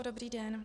Dobrý den.